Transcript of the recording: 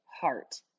heart